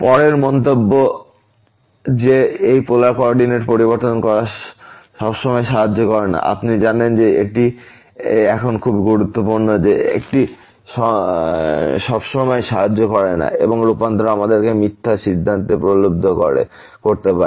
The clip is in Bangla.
পরের মন্তব্য যে এই পোলার কোঅর্ডিনেট পরিবর্তন করা সবসময় সাহায্য করে না আপনি জানেন যে এটি এখন খুবই গুরুত্বপূর্ণ যে এটি সবসময় সাহায্য করে না এবং রূপান্তর আমাদেরকে মিথ্যা সিদ্ধান্তে প্রলুব্ধ করতে পারে